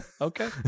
Okay